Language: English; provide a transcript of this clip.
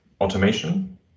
automation